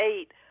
eight